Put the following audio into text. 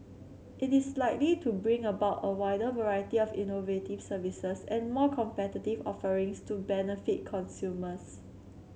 it is likely to bring about a wider variety of innovative services and more competitive offerings to benefit consumers